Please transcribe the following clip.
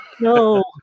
No